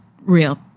real